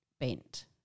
bent